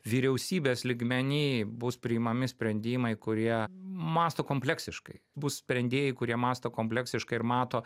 vyriausybės lygmeny bus priimami sprendimai kurie mąsto kompleksiškai bus sprendėjai kurie mąsto kompleksiškai ir mato